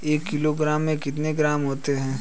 एक किलोग्राम में कितने ग्राम होते हैं?